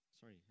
Sorry